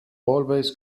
always